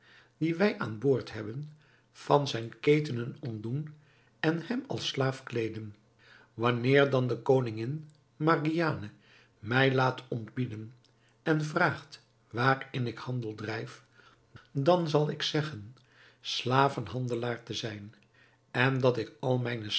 dien wij aan boord hebben van zijn ketenen ontdoen en hem als slaaf kleeden wanneer dan de koningin margiane mij laat ontbieden en vraagt waarin ik handel drijf dan zal ik zeggen een slavenhandelaar te zijn en dat ik al mijne